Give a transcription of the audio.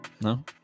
No